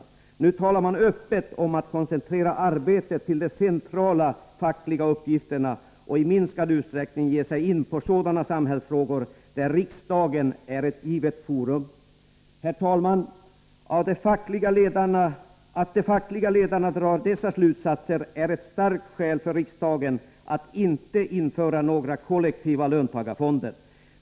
Nu Löntagarfonder talar man öppet om att koncentrera arbetet till de centrala fackliga uppgifterna och i minskad utsträckning ge sig in på sådana samhällsfrågor där riksdagen är ett givet forum. Herr talman! Att de fackliga ledarna drar dessa slutsatser är ett starkt skäl för riksdagen att inte införa några kollektiva löntagarfonder.